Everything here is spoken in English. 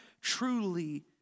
truly